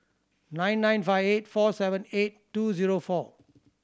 nine nine five eight four seven eight two zero four